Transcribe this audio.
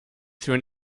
through